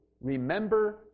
remember